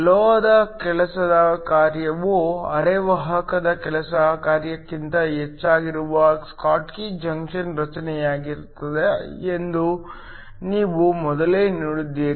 ಲೋಹದ ಕೆಲಸದ ಕಾರ್ಯವು ಅರೆವಾಹಕದ ಕೆಲಸ ಕಾರ್ಯಕ್ಕಿಂತ ಹೆಚ್ಚಾಗಿರುವಾಗ ಸ್ಕಾಟ್ಕಿ ಜಂಕ್ಷನ್ ರಚನೆಯಾಗುತ್ತದೆ ಎಂದು ನೀವು ಮೊದಲೇ ನೋಡಿದ್ದೀರಿ